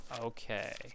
okay